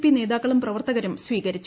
P നേതാക്കളും പ്രവർത്തകരും സ്വീകരിച്ചു